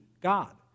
God